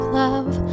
love